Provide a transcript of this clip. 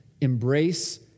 embrace